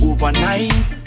Overnight